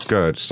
Good